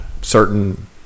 certain